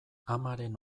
amaren